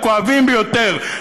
הכואבים ביותר,